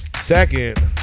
second